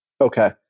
Okay